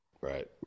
Right